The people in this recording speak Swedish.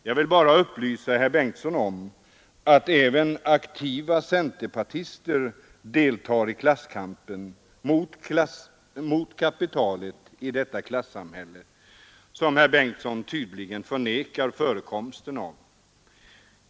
Jag vill upplysa herr Bengtson om att även aktiva centerpartister deltar i klasskampen mot kapitalet i detta klassamhälle, som herr Bengtson tydligen förnekar förekomsten av.